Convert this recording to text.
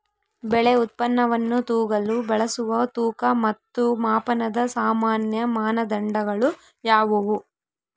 ಬೆಳೆ ಉತ್ಪನ್ನವನ್ನು ತೂಗಲು ಬಳಸುವ ತೂಕ ಮತ್ತು ಮಾಪನದ ಸಾಮಾನ್ಯ ಮಾನದಂಡಗಳು ಯಾವುವು?